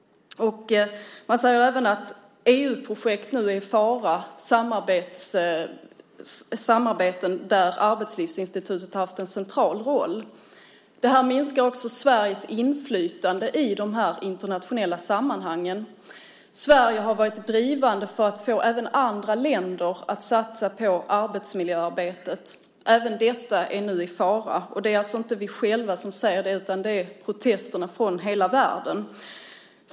Man säger även att EU-projekt nu är i fara, samarbeten där Arbetslivsinstitutet har haft en central roll. Det här minskar också Sveriges inflytande i de internationella sammanhangen. Sverige har varit drivande för att få även andra länder att satsa på arbetsmiljöarbetet. Även detta är nu i fara. Det är alltså inte vi själva som säger det, utan det är protester från hela världen.